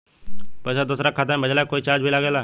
पैसा दोसरा के खाता मे भेजला के कोई चार्ज भी लागेला?